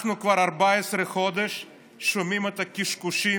אנחנו כבר 14 חודש שומעים את הקשקושים